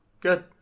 Good